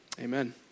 Amen